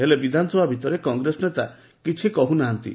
ହେଲେ ବିଧାନସଭା ଭିତରେ କଂଗ୍ରେସ ନେତା କିଛି କହୁ ନାହାନ୍ତି